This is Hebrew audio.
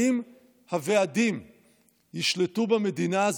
האם הוועדים ישלטו במדינה הזו,